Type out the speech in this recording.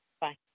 Bye